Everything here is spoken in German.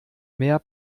mehr